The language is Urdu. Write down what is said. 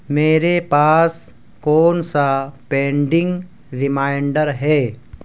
میرے پاس کون سا پینڈنگ ریمائنڈر ہے